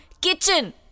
kitchen